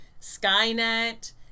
Skynet